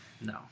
No